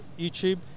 YouTube